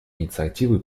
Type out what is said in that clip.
инициативы